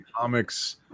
comics